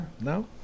No